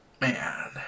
man